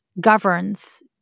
governs